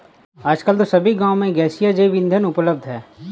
आजकल तो सभी गांव में गैसीय जैव ईंधन उपलब्ध है